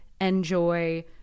Enjoy